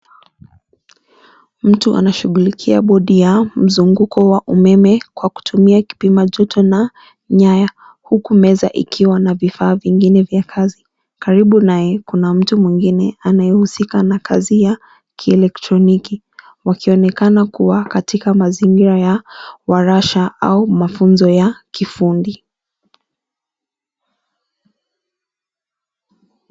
Mtu anashughulikia bodi ya mzunguko wa umeme, kwa kutumia kipima joto na nyaya, huku meza ikiwa na vifaa vingine vya kazi. Karibu naye, kuna mtu mwingine anayehusika na kazi ya kielektroniki. Wakionekana kuwa katika mazingira ya warasha au mafunzo ya kifundi.